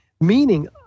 meaning